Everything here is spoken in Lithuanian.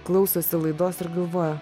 klausosi laidos ir galvoja